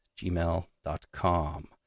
gmail.com